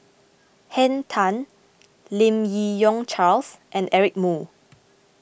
Henn Tan Lim Yi Yong Charles and Eric Moo